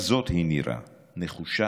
כזאת היא נירה, נחושה,